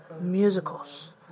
musicals